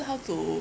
how to